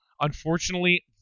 unfortunately